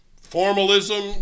formalism